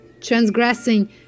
transgressing